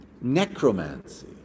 necromancy